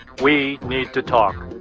we need to talk.